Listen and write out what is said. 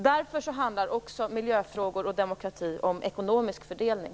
Därför handlar miljöfrågor och demokrati också om ekonomisk fördelning.